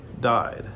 died